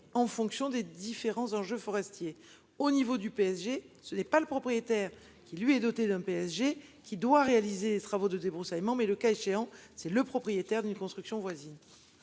en fonction des différents enjeux forestiers au niveau du PSG. Ce n'est pas le propriétaire qui lui est doté d'un PSG qui doit réaliser travaux de débroussaillement mais le cas échéant, c'est le propriétaire d'une construction voisine.